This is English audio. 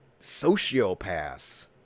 sociopaths